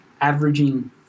averaging